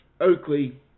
Oakley